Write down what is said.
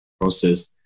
process